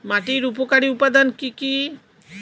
মাটির উপকারী উপাদান কি কি?